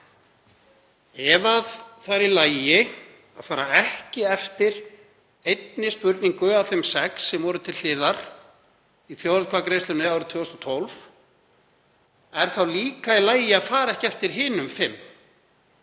Ef það er í lagi að fara ekki eftir einni spurningu af þeim sex sem voru til hliðar í þjóðaratkvæðagreiðslunni árið 2012, er þá líka í lagi að fara ekki eftir hinum fimm?